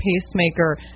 pacemaker